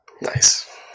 Nice